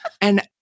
And-